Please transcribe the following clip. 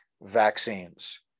vaccines